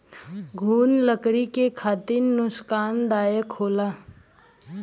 घुन लकड़ी के खातिर नुकसानदायक होला